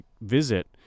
visit